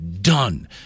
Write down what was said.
done